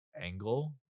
angle